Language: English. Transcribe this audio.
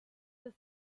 this